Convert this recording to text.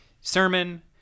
sermon